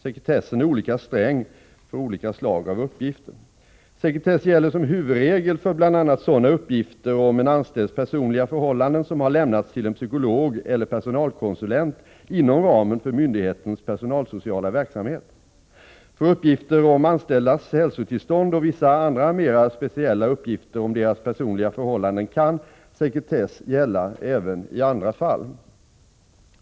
Sekretessen är olika sträng för olika slag av uppgifter. Sekretess gäller som huvudregel för bl.a. sådana uppgifter om en anställds personliga förhållanden som har lämnats till en psykolog eller personalkonsulent inom ramen för myndighetens personalsociala verksamhet. För uppgifter om anställdas hälsotillstånd och vissa andra mera speciella uppgifter om deras personliga förhållanden kan sekretess gälla även i andra fall.